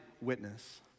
witness